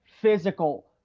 Physical